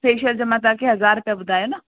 facial जा मां तव्हांखे हज़ार रुपया ॿुधाया न